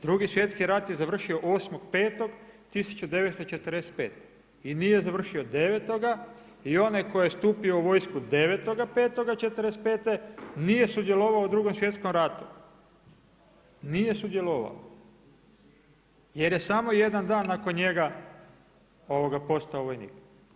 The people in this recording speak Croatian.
Drugi svjetski rat je završio 8.5.1945. i nije završio 9. i onaj tko je stupio u vojsku 9.5.1045. nije sudjelovao u Drugom svjetskom ratu, nije sudjelovao jer je samo jedan dan nakon njega postao vojnik.